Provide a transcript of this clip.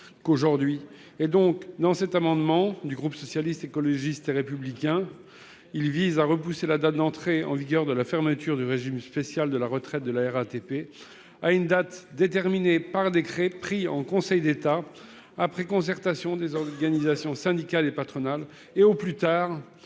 alors bien plus bavards. Cet amendement du groupe Socialiste, Écologiste et Républicain vise à repousser l'entrée en vigueur de la fermeture du régime spécial de retraite de la RATP à une date déterminée par décret pris en Conseil d'État après concertation des organisations syndicales et patronales, au plus tard